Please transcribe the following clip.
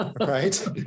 right